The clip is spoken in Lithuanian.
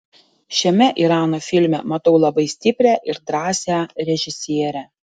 šiame irano filme matau labai stiprią ir drąsią režisierę